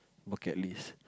okay list